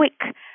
quick